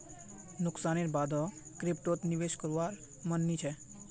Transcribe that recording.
नुकसानेर बा द क्रिप्टोत निवेश करवार मन नइ छ